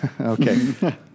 Okay